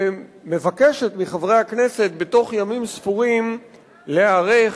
ומבקשת מחברי הכנסת בתוך ימים ספורים להיערך